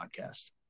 podcast